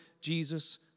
Jesus